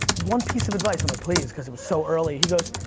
one piece of advice. i'm like please because it was so early, he goes,